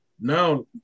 now